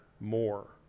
more